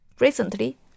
recently